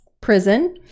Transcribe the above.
prison